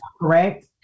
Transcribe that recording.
correct